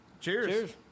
Cheers